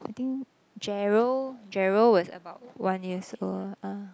I think Gerald Gerald was about one years old uh